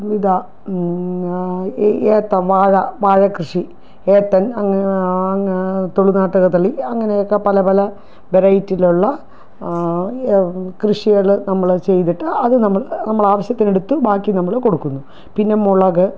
വിവിധ എ ഏത്ത വാഴ വാഴക്കൃഷി ഏത്തൻ അങ്ങനെ തുളുനാട്ടു കദളി അങ്ങനെയൊക്കെ പലപല വെറൈറ്റിയിലുള്ള കൃഷികൾ നമ്മൾ ചെയ്തിട്ട് അതു നമ്മൾ നമ്മൾ ആവശ്യത്തിനെടുത്ത് ബാക്കി നമ്മൾ കൊടുക്കുന്നു പിന്നെ മുളക്